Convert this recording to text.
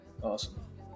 Awesome